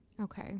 Okay